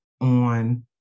on